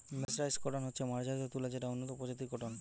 mercerised cotton হচ্ছে মার্জারিত তুলো যেটা উন্নত প্রজাতির কট্টন